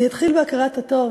אני אתחיל בהכרת הטוב.